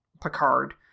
Picard